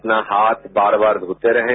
अपना हाथ बार बार धोते रहें